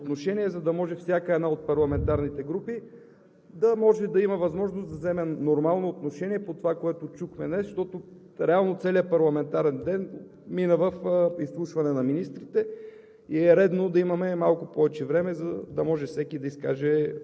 две по пет и времето за отношение да е по десет минути, за да може всяка една от парламентарните групи да има възможност да вземе нормално отношение по това, което чухме днес, защото реално целият парламентарен ден мина в изслушване на министрите.